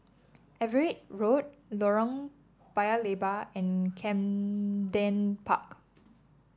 Everitt Road Lorong Paya Lebar and Camden Park